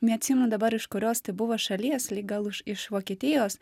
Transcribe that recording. neatsimenu dabar iš kurios tai buvo šalies lyg gal iš iš vokietijos